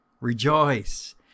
Rejoice